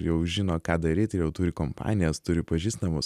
jau žino ką daryt ir jau turi kompanijas turi pažįstamus